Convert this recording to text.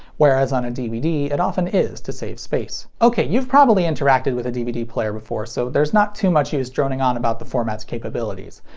whereas on a dvd it often is to save space. ok, you've probably interacted with a dvd player before, so there's not too much use droning on about the format's capabilities.